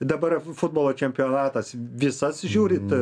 dabar futbolo čempionatas visas žiūrit